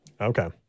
okay